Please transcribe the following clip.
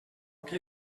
què